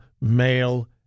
male